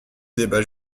débat